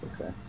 Okay